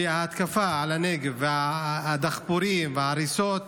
שייפסקו ההתקפה על הנגב והדחפורים וההריסות,